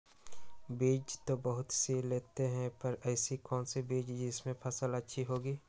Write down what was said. बीज तो बहुत सी लेते हैं पर ऐसी कौन सी बिज जिससे फसल अच्छी होगी?